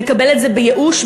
נקבל את זה בייאוש,